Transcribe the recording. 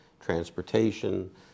transportation